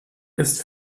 ist